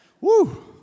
Woo